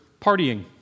partying